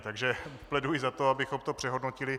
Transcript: Takže pléduji za to, abychom to přehodnotili.